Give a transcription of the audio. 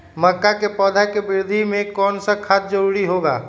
मक्का के पौधा के वृद्धि में कौन सा खाद जरूरी होगा?